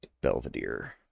belvedere